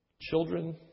Children